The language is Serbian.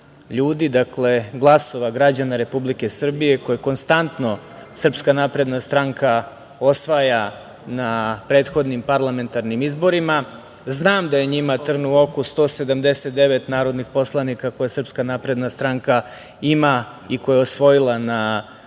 dakle glasova građana Republike Srbije, koje konstantno Srpska napredna stranka osvaja na prethodnim parlamentarnim izborima, znam da je njima trn u oko 179 narodnih poslanika koje Srpska napredna stranka ima i koju je osvojila na održanim parlamentarnim izborima,